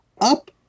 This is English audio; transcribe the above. up